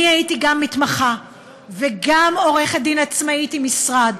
אני הייתי גם מתמחה וגם עורכת דין עצמאית עם משרד,